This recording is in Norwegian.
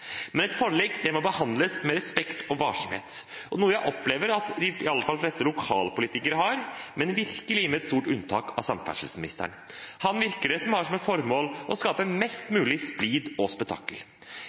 Men et forlik må behandles med respekt og varsomhet, noe jeg opplever at i alle fall de fleste lokalpolitikere har, men virkelig med et stort unntak av samferdselsministeren. Det virker som om han har som formål å skape mest